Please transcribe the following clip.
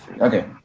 Okay